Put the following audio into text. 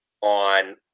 on